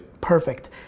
Perfect